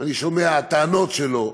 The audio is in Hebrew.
אני שומע טענות שלו,